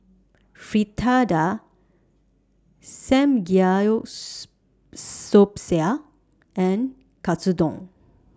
Fritada and Katsudon